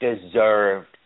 deserved